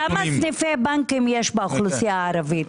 כמה סניפי בנקים יש באוכלוסייה הערבית?